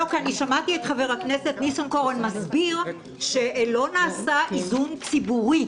כי שמעתי את חבר הכנסת ניסנקורן מסביר שלא נעשה איזון ציבורי,